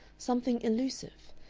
something elusive,